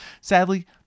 Sadly